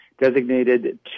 designated